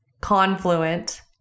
confluent